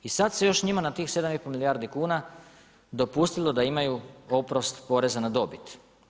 I sad se još njima na tih 7 i pol milijardi kuna dopustilo da imaju oprost poreza na dobit.